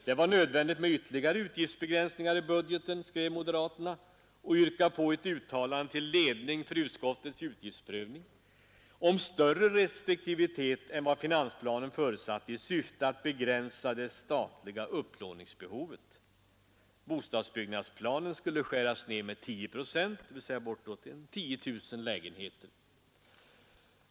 Det var nödvändigt med ytterligare utgiftsbegränsningar i budgeten, skrev moderaterna, och yrkade på ett uttalande till ledning för utskottets utgiftsprövning om större restriktivitet än vad finansplanen förutsatte i syfte att begränsa det statliga upplåningsbehovet. Bostadsbyggnadsplanen skulle skäras ned med 10 procent, dvs. bortåt 10 000 lägenheter.